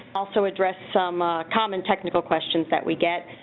also address some ah common technical questions that we get.